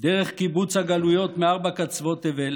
דרך קיבוץ הגלויות מארבע קצוות תבל